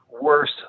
worse